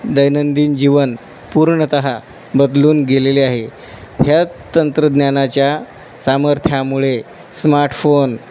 दैनंदिन जीवन पूर्णतः बदलून गेलेले आहे ह्या तंत्रज्ञानाच्या सामर्थ्यामुळे स्मार्टफोन